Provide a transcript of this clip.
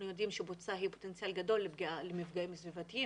אנחנו יודעים שבוצה היא פוטנציאל גדול למפגעים סביבתיים